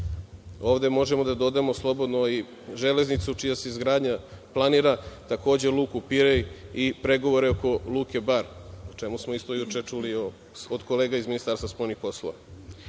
Ovde možemo da dodamo slobodno i železnicu čija se izgradnja planira, takođe Luku Pirej, i pregovore oko Luke Bar, a o čemu smo juče isto čuli od kolega iz Ministarstva spoljnih poslova. Kina